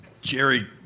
Jerry